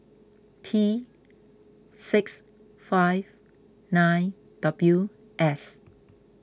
P six five nine W S